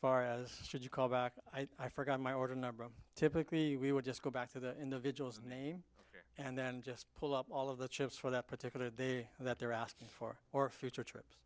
far as should you call back i forgot my order number typically we would just go back to the individual's name and then just pull up all of the chips for that particular day that they're asking for or future